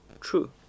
True